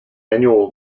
annual